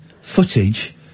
footage